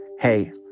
hey